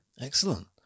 Excellent